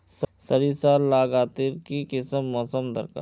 सरिसार ला गार लात्तिर की किसम मौसम दरकार?